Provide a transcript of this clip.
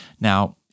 now